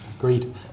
Agreed